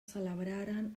celebraren